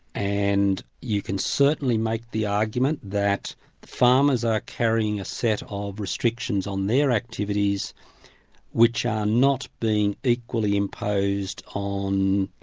and you can certainly make the argument that the farmers are carrying a set of restrictions on their activities which are not being equally imposed on,